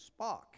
Spock